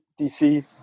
dc